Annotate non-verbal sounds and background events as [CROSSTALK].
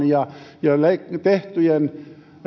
[UNINTELLIGIBLE] ja jo tehtyjen